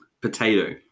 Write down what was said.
Potato